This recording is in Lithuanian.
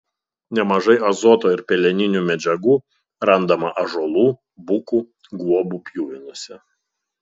nemažai azoto ir peleninių medžiagų randama ąžuolų bukų guobų pjuvenose